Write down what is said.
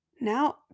now